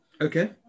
Okay